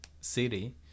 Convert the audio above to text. city